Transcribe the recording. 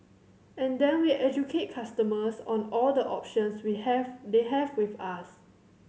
and then we educate customers on all the options we have they have with us